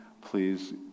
please